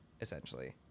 essentially